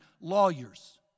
lawyers